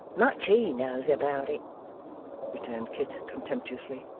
much he knows about it returned kit contemptuously.